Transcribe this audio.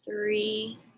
three